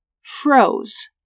froze